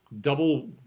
double